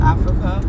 Africa